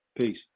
Peace